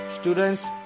Students